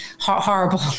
horrible